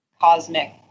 cosmic